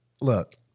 look